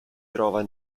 trova